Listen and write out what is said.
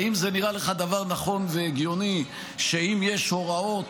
האם זה נראה לך דבר נכון והגיוני שאם יש הוראות